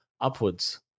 upwards